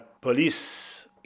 police